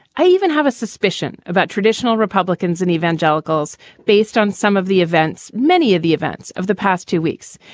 i even have a suspicion about traditional republicans and evangelicals based on some of the events, many of the events of the past two weeks,